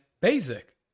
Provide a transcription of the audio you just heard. basic